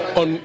on